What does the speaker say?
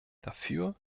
dafür